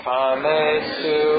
Kamesu